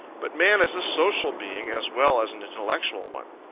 but man is a social being as well as an intellectual one.